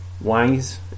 wise